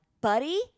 buddy